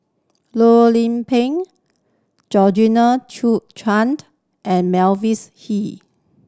Loh Lik Peng Chen and Mavis Hee